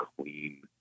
clean